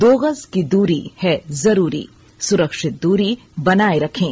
दो गज की दूरी है जरूरी सुरक्षित दूरी बनाए रखें